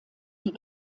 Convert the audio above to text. die